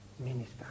minister